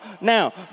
Now